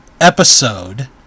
episode